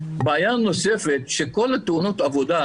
יש בעיה נוספת שכל תאונות העבודה,